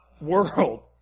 world